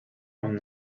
one